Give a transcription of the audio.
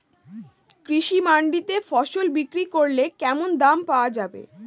কৃষি মান্ডিতে ফসল বিক্রি করলে কেমন দাম পাওয়া যাবে?